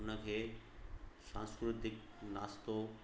उन खे सांस्कृतिक नास्तो